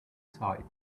side